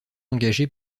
engagée